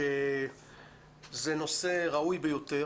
אני רק אוסיף שזה נושא ראוי ביותר